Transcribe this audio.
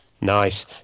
Nice